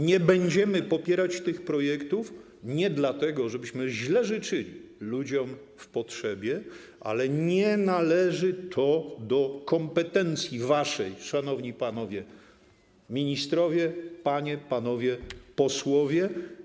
Nie będziemy popierać tych projektów nie dlatego, żebyśmy źle życzyli ludziom w potrzebie, ale dlatego, że nie należy to do kompetencji waszej, szanowni panowie ministrowie, panie, panowie posłowie.